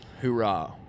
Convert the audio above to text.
Hoorah